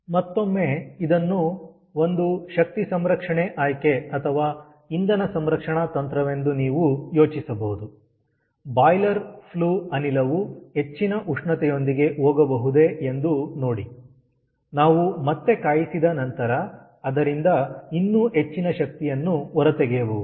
ಮತ್ತೊಮ್ಮೆ ಇದನ್ನು ಒಂದು ಶಕ್ತಿ ಸಂರಕ್ಷಣೆ ಆಯ್ಕೆ ಅಥವಾ ಇಂಧನ ಸಂರಕ್ಷಣಾ ತಂತ್ರವೆಂದು ನೀವು ಯೋಚಿಸಬಹುದು ಬಾಯ್ಲರ್ ಫ್ಲೂ ಅನಿಲವು ಹೆಚ್ಚಿನ ಉಷ್ಣತೆಯೊಂದಿಗೆ ಹೋಗಬಹುದೇ ಎಂದು ನೋಡಿ ನಾವು ಮತ್ತೆ ಕಾಯಿಸಿದ ನಂತರ ಅದರಿಂದ ಇನ್ನೂ ಹೆಚ್ಚಿನ ಶಕ್ತಿಯನ್ನು ಹೊರತೆಗೆಯಬಹುದು